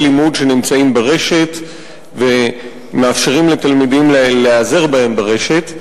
לימוד שנמצאים ברשת ומאפשרים לתלמידים להיעזר בהם ברשת.